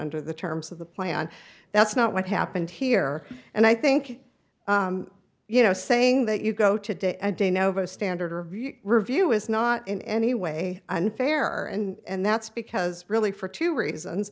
under the terms of the plan that's not what happened here and i think you know saying that you go to a de novo standard or a review is not in any way unfair and that's because really for two reasons